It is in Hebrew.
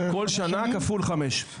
כן, כל שנה כפול חמש.